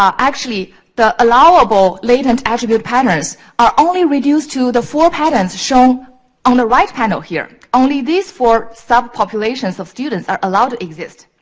actually, the allowable latent attribute patterns are only reduced to the four patterns shown on the right panel here. only these four sub-populations of students are allowed to exist.